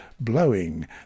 blowing